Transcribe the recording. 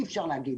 אי אפשר להגיד.